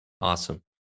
Awesome